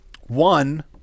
One